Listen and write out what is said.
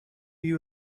you